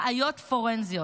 ראית פורנזיות.